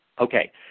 Okay